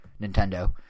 Nintendo